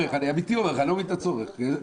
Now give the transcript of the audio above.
אני לא מבין את הצורך, אמיתי אני אומר לך.